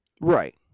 Right